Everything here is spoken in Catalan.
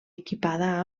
equipada